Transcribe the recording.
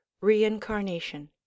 Reincarnation